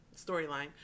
storyline